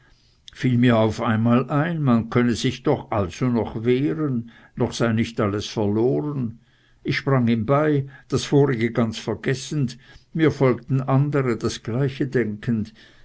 fiel mir auf einmal ein man könnte sich doch also noch wehren noch sei nicht alles verloren ich sprang ihm bei das vorige ganz vergessend mir folgten andere das gleiche denkend